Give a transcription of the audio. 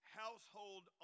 household